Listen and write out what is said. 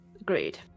Agreed